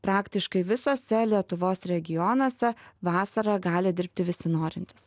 praktiškai visose lietuvos regionuose vasarą gali dirbti visi norintys